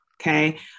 okay